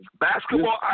Basketball